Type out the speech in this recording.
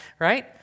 right